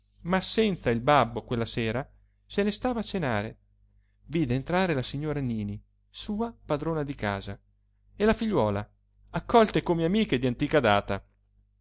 ma senza il babbo quella sera se ne stava a cenare vide entrare la signora nini sua padrona di casa e la figliuola accolte come amiche di antica data